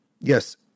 Yes